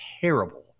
terrible